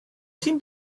sydd